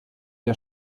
der